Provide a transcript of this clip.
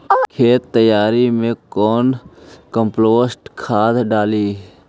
खेत तैयारी मे कौन कम्पोस्ट खाद डाली?